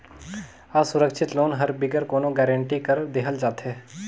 असुरक्छित लोन हर बिगर कोनो गरंटी कर देहल जाथे